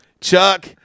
Chuck